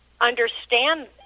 understand